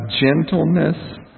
gentleness